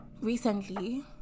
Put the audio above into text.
recently